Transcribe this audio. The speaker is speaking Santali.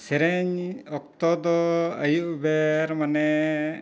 ᱥᱮᱨᱮᱧ ᱚᱠᱛᱚ ᱫᱚ ᱟᱹᱭᱩᱵ ᱵᱮᱨ ᱢᱟᱱᱮ